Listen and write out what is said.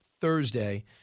Thursday